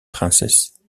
princesse